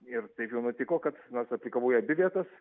ir taip jau nutiko kad nors aplikavau į abi vietas